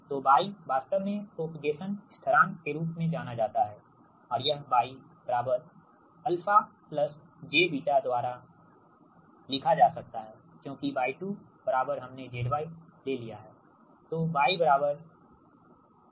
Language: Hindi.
तो γ वास्तव में प्रोपेगेशन स्थिरांक के रूप में जाना जाता है और यह γ α jβ zy द्वारा लिखा जा सकता है क्योंकि γ2 बराबर हमने z y ले लिया है